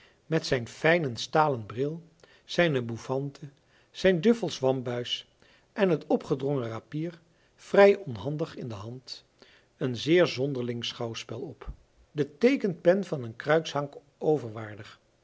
met zijn fijnen stalen bril zijne bouffante zijn duffelsch wambuis en het opgedrongen rapier vrij onhandig in de hand een zeer zonderling schouwspel op de teekenpen van een cruikshank overwaardig